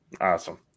awesome